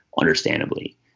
understandably